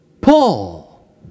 Paul